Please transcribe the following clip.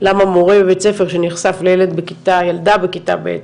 למה מורה בבית ספר, שנחשף לילדה בכיתה ב',